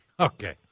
Okay